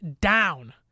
down